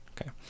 Okay